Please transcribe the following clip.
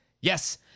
Yes